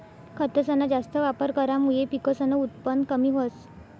खतसना जास्त वापर करामुये पिकसनं उत्पन कमी व्हस